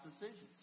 decisions